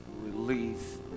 release